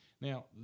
Now